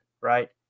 right